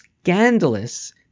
scandalous